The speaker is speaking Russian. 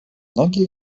многие